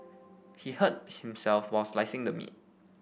he hurt himself while slicing the meat